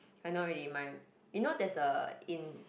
I know already my you know there is a in